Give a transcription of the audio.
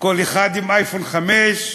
כל אחד עם אייפון 5,